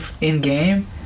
in-game